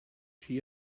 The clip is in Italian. sci